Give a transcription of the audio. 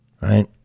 right